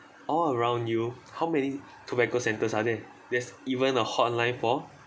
all around you how many tobacco centres are there there's even a hotline for